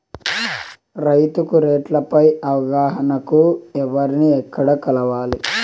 రైతుకు రేట్లు పై అవగాహనకు ఎవర్ని ఎక్కడ కలవాలి?